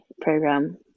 program